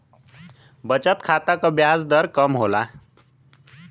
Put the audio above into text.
बचत खाता क ब्याज दर कम होला